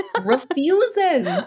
Refuses